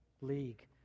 league